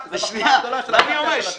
זו מחמאה גדולה שלקחת את זה על עצמך.